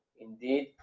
indeed